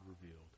revealed